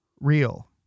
real